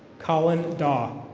collin dawe.